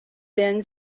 then